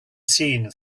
seen